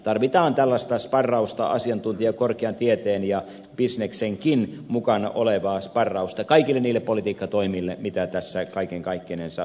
tarvitaan tällaista sparrausta asiantuntijaa korkean tieteen ja bisneksenkin mukana olevaa sparrausta kaikille niille politiikkatoimille mitä tässä kaiken kaikkinensa tarvitaan